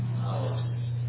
house